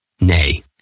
Nay